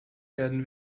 werden